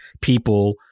people